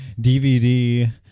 DVD